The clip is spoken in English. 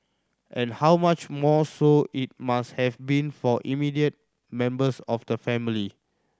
and how much more so it must have been for immediate members of the family